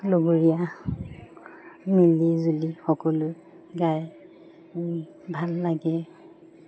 লগৰীয়া মিলিজুলি সকলোৱে গাই ভাল লাগে